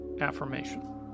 affirmation